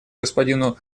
господину